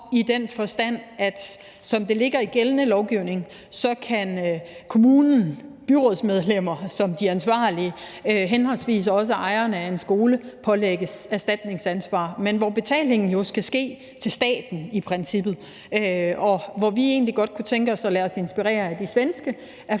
i den forstand, at som det ligger i gældende lovgivning, kan kommunen, byrådsmedlemmer som de ansvarlige, henholdsvis også ejeren af en skole pålægges erstatningsansvar, men hvor betalingen jo i princippet skal ske til staten, og hvor vi egentlig godt kunne tænke os at lade os inspirere af de svenske